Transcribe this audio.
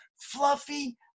fluffy